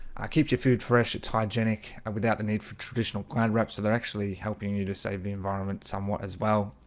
i keep your food fresh. it's hygienic without the need for traditional client wrap so they're actually helping you to save the environment somewhat as well.